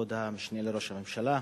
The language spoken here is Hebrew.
כבוד המשנה לראש הממשלה,